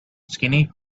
skinny